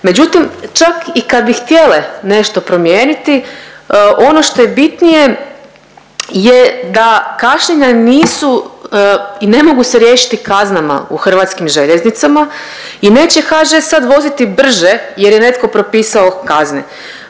Međutim, čak i kad bi htjele nešto promijeniti, ono što je bitnije je da kašnjenja nisu i ne mogu se riješiti kaznama u HŽ-u i neće HŽ sad voziti brže jer je netko propisao kazne.